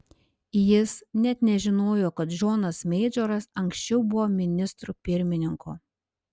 jis net nežinojo kad džonas meidžoras anksčiau buvo ministru pirmininku